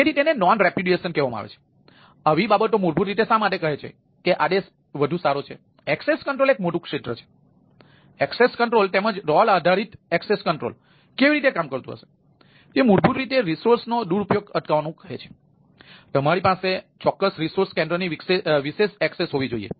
તેથી આને હેન્ડલિંગ કરવાની એક રીત હોવી જોઈએ